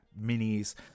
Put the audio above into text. minis